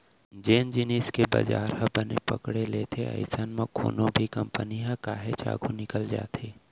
जेन जिनिस के बजार ह बने पकड़े लेथे अइसन म कोनो भी कंपनी ह काहेच आघू निकल जाथे